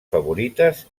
favorites